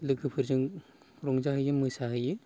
लोगोफोरजों रंजाहैयो मोसाहैयो